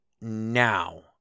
now